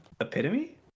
Epitome